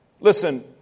Listen